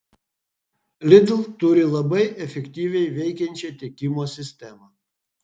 lidl turi labai efektyviai veikiančią tiekimo sistemą